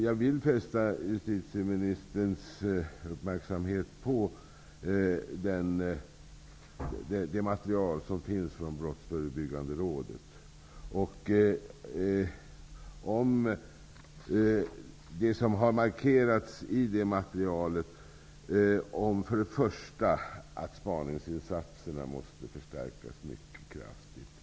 Jag vill fästa justitieministerns uppmärksamhet på det material som finns från Brottsförebyggande rådet. Det har markerats i det materialet att först och främst spaningsinsaterna måste förstärkas mycket kraftigt.